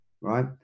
right